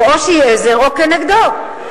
שבו מוקם פרויקט שיש לו השלכות על בריאות הציבור.